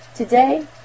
Today